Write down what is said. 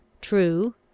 true